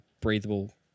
breathable